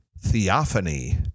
theophany